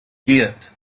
ghent